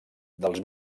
dels